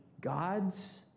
gods